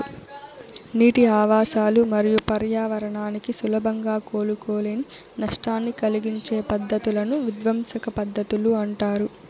నీటి ఆవాసాలు మరియు పర్యావరణానికి సులభంగా కోలుకోలేని నష్టాన్ని కలిగించే పద్ధతులను విధ్వంసక పద్ధతులు అంటారు